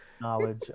knowledge